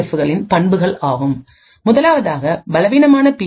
எஃப்களின் பண்புகள் ஆகும் முதலாவதாக பலவீனமான பி